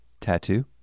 Tattoo